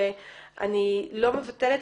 שאני לא מבטלת,